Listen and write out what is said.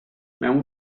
mewn